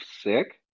sick